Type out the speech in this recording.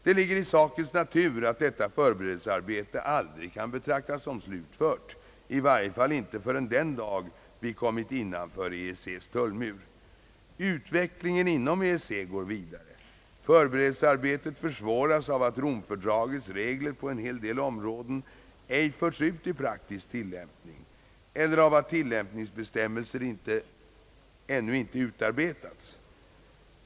Det ligger i sakens natur att detta förberedelsearbete aldrig kan betraktas som slutfört, i varje fall inte förrän den dag vi kommit innanför EEC:s tullmur. Utvecklingen inom EEC går vidare. Förberedelsearbetet försvåras av att Romfördragets regler på en hel del områden ej förts ut i praktisk tillämpning eller av att tillämpningsbestämmelser ännu inte utarbetats.